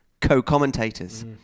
co-commentators